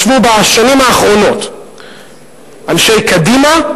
ישבו בשנים האחרונות אנשי קדימה,